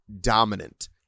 dominant